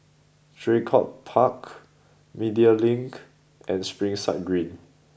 Draycott Park Media Link and Springside Green